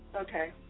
Okay